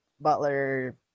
Butler